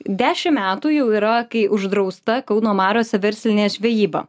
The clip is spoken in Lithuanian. dešimt metų jau yra kai uždrausta kauno mariose verslinė žvejyba